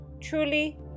Truly